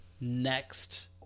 next